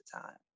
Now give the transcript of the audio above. time